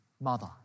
mother